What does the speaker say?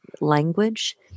language